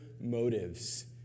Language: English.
motives